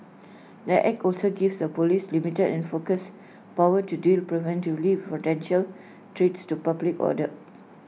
the act also gives the Police limited and focused powers to deal preemptively with potential threats to public order